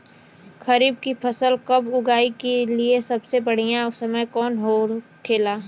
खरीफ की फसल कब उगाई के लिए सबसे बढ़ियां समय कौन हो खेला?